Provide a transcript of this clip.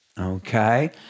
okay